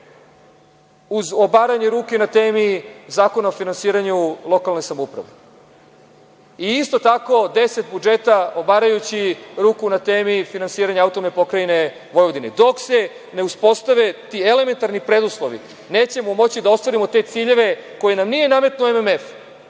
uz obaranje ruke na temi Zakona o finansiranju lokalne samouprave, i isto tako, deset budžeta, obarajući ruku, na temi finansiranja AP Vojvodine. Dok se ne uspostave ti elementarni preduslovi, nećemo moći da ostvarimo te ciljeve, koje nam nije nametnuo MMF,